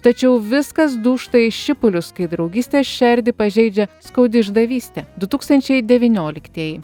tačiau viskas dūžta į šipulius kai draugystės šerdį pažeidžia skaudi išdavystė du tūkstančiai devynioliktieji